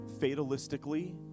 fatalistically